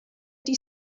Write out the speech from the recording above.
ydy